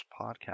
podcast